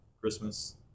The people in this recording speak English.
Christmas